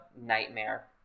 nightmare